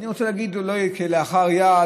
אני רוצה להגיד: אולי כלאחר יד,